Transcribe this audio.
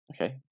Okay